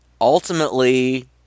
ultimately